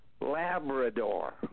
Labrador